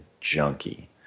junkie